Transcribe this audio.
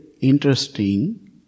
interesting